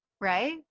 right